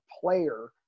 player